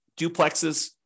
duplexes